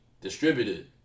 Distributed